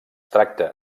tracta